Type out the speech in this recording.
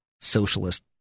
Socialist